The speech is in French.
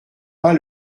pas